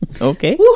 okay